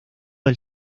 del